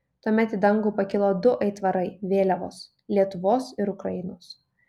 tuomet į dangų pakilo du aitvarai vėliavos lietuvos ir ukrainos